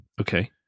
okay